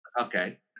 Okay